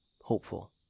hopeful